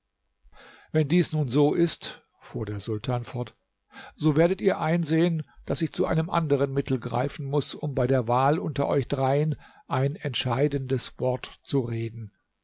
wenn dies nun so ist fuhr der sultan fort so werdet ihr einsehen daß ich zu einem anderen mittel greifen muß um bei der wahl unter euch dreien ein entscheidendes wort zu reden